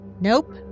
Nope